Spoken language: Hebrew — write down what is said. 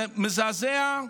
זה מזעזע.